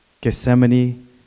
Gethsemane